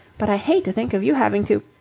but i hate to think of you having to.